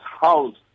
house